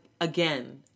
again